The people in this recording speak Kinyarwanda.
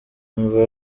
imva